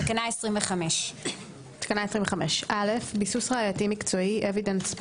תקנה 25. (א) ביסוס ראייתי מקצועי (Evidence Based)